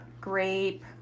Grape